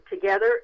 together